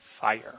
fire